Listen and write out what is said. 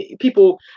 people